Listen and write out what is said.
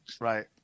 right